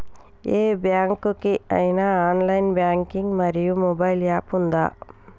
ఏ bank కి ఐనా online banking మరియు మొబైల్ యాప్ ఉందా?